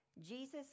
Jesus